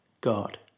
God